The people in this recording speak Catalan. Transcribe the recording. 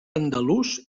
andalús